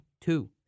Two